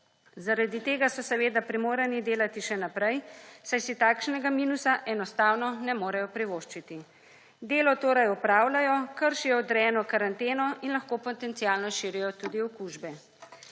Zaradi tega so seveda primorani delati še naprej, saj si takšnega minusa enostavno ne morejo privoščiti. Delo torej opravljajo, kršijo odrejeno karanteno in lahko potencialno širijo tudi okužbe.